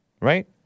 right